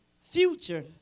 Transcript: Future